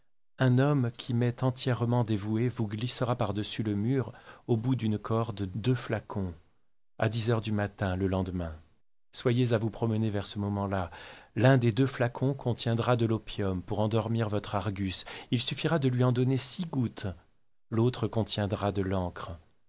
un homme qui m'est entièrement dévoué vous glissera par-dessus le mur au bout d'une corde deux flacons à dix heures du matin le lendemain soyez à vous promener vers ce moment-là l'un des deux flacons contiendra de l'opium pour endormir votre argus il suffira de lui en donner six gouttes l'autre contiendra de l'encre